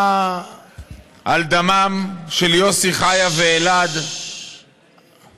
על דמם של יוסי, חיה ואלעד סלומון,